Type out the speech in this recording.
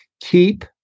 keep